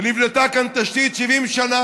ונבנתה כאן תשתית 70 שנה.